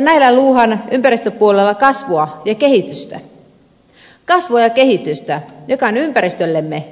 näillä luodaan ympäristöpuolella kasvua ja kehitystä kasvua ja kehitystä joka on ympäristöllemme